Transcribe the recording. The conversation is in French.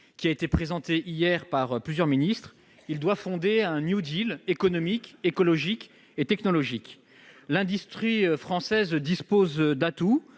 qui a été présenté hier par plusieurs ministres. Il doit fonder un économique, écologique et technologique. L'industrie française dispose d'atouts,